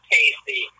Casey